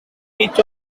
each